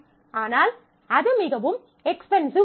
ஆனால் அது மிகவும் எக்ஸ்பென்சிவ் ஆகும்